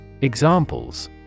Examples